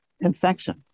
infection